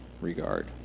regard